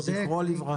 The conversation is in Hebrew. זכרו לברכה.